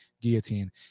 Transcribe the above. guillotine